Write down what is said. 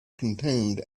contained